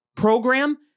program